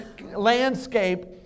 landscape